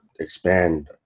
expand